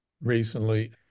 recently